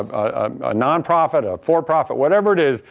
ah a non-profit or for-profit whatever it is,